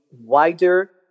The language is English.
wider